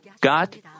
God